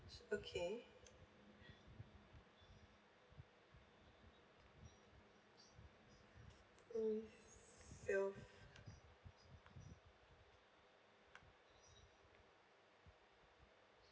okay mm sell